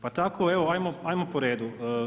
Pa tako evo, hajmo po redu.